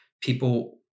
People